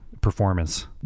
performance